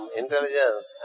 intelligence